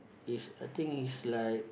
is I think is like